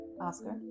Oscar